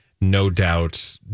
no-doubt